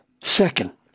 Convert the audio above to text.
Second